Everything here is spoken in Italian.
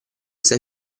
sei